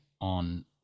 on